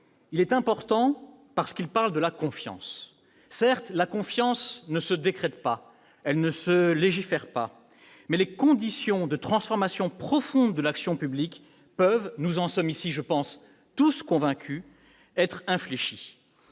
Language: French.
est important parce qu'il parle de la confiance. Certes, la confiance ne se décrète pas, elle ne se légifère pas, mais les conditions de transformation profonde de l'action publique peuvent- dans cet hémicycle, nous en sommes tous, me semble-t-il, convaincus -être infléchies.